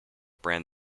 brand